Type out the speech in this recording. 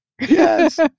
Yes